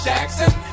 Jackson